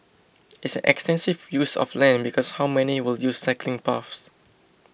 it's an extensive use of land because how many will use cycling paths